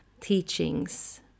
teachings